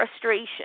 frustration